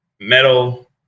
metal